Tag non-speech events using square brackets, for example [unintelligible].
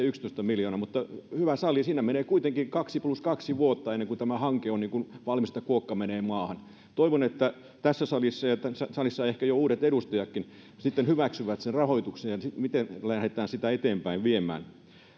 [unintelligible] yksitoista miljoonaa mutta hyvä sali siinä menee kuitenkin kaksi plus kaksi vuotta ennen kuin tämä hanke on niin valmis että kuokka menee maahan toivon että tässä salissa jo ehkä uudet edustajatkin sitten hyväksyvät sen rahoituksen ja sen miten lähdetään sitä viemään eteenpäin